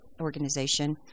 organization